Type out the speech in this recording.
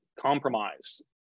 compromise